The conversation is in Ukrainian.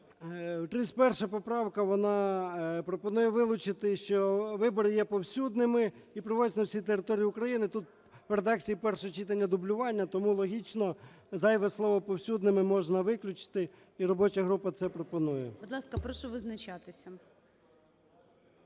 О.М. 31 поправка, вона пропонує вилучити, що вибори є повсюдними і проводяться на всій території України. Тут в редакції першого читання дублювання. Тому логічно зайве слово "повсюдними" можна виключити і робоча група це пропонує. ГОЛОВУЮЧИЙ. Будь ласка, прошу визначатися.